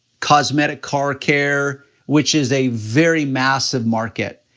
cosmetic car care, which is a very massive market.